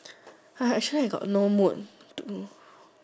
I actually I got no mood to